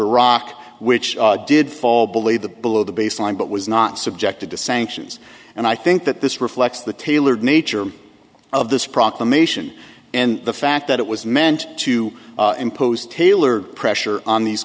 iraq which did fall believe the below the baseline but was not subjected to sanctions and i think that this reflects the tailored nature of this proclamation and the fact that it was meant to impose tailored pressure on these